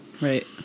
Right